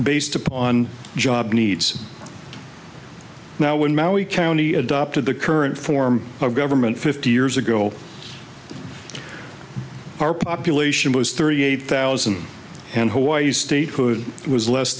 based upon job needs now when maui county adopted the current form of government fifty years ago our population was thirty eight thousand and hawaii statehood was less